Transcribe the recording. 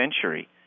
century